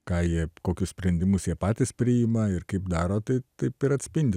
ką jie kokius sprendimus jie patys priima ir kaip daro tai taip ir atspindi